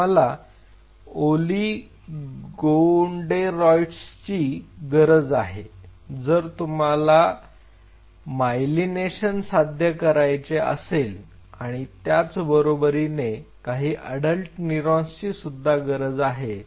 तुम्हाला ओलीगोडेंडरॉसाइट्सची गरज आहे जर तुम्हाला मायलिनेशन साध्य करायचे असेल आणि त्याच बरोबरीने काही अडल्ट न्यूरॉन्सची सुद्धा गरज आहे